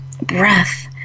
breath